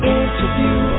interview